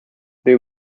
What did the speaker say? they